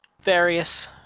various